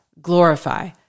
glorify